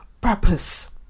purpose